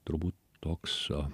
turbūt toks